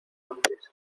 antes